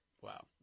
Wow